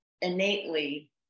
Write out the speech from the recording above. innately